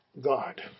God